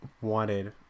wanted